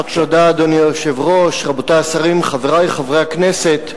אדוני היושב-ראש, רבותי השרים, חברי חברי הכנסת,